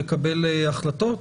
לקבל החלטות?